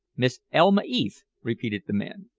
miss elma eath, repeated the man.